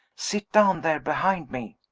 sit down there behind me.